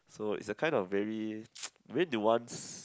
so it's a kind of very very nuance